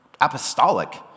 apostolic